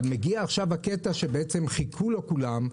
אבל מגיע עכשיו הקטע שחיכו לו כולם,